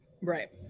Right